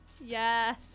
Yes